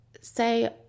say